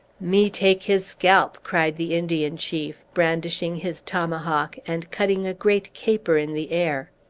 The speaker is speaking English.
me take his scalp! cried the indian chief, brandishing his tomahawk, and cutting a great caper in the air.